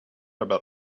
about